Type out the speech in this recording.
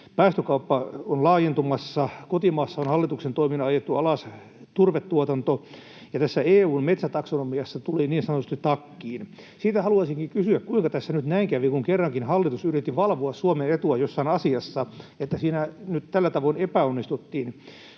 päästökauppa on laajentumassa, kotimaassa on hallituksen toimilla ajettu alas turvetuotanto, ja tässä EU:n metsätaksonomiassa tuli niin sanotusti takkiin. Siitä haluaisinkin kysyä, kuinka tässä nyt näin kävi, kun kerrankin hallitus yritti valvoa Suomen etua jossain asiassa, että siinä nyt tällä tavoin epäonnistuttiin.